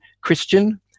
Christian